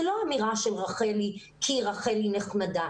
זו לא אמירה של רחלי כי רחלי נחמדה,